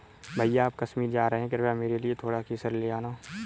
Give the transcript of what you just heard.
भैया आप कश्मीर जा रहे हैं कृपया मेरे लिए थोड़ा केसर ले आना